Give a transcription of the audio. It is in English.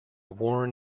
warren